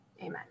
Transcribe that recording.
Amen